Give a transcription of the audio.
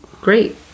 Great